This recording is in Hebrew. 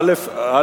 א.